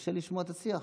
קשה לשמוע את השיח,